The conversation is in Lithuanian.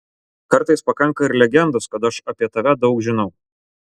kartais pakanka ir legendos kad aš apie tave daug žinau